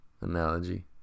analogy